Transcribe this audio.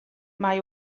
mae